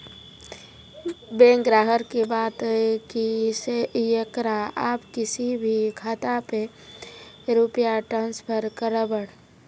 Bank ग्राहक के बात की येकरा आप किसी भी खाता मे रुपिया ट्रांसफर करबऽ?